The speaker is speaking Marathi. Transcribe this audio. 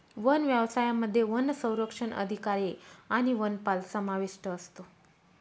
वन व्यवसायामध्ये वनसंरक्षक अधिकारी आणि वनपाल समाविष्ट असतो